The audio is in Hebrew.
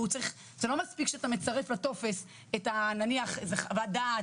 והוא צריך - זה לא מספיק שאתה מצרף לטופס נניח איזה מסמך